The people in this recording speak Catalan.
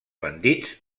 bandits